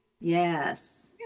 Yes